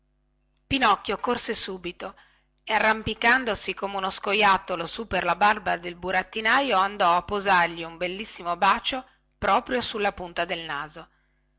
pinocchio corse subito e arrampicandosi come uno scoiattolo su per la barba del burattinaio andò a posargli un bellissimo bacio sulla punta del naso